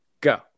go